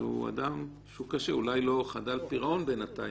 והוא אולי לא חדל פירעון בינתיים,